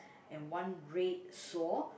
and one red saw